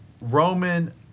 Roman